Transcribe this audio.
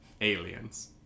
Aliens